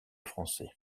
français